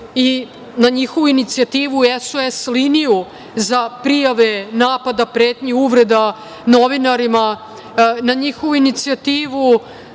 i na njihovu inicijativu SOS liniju za prijave napada, pretnji, uvreda novinarima. Na njihovu inicijativu